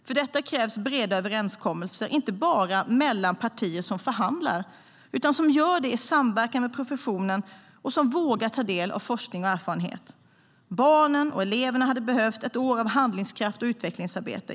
För detta krävs breda överenskommelser, inte bara mellan partier som förhandlar utan mellan partier som samverkar med professionen och vågar ta del av forskning och erfarenhet. Barnen och eleverna hade behövt ett år av handlingskraft och utvecklingsarbete.